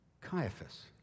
Caiaphas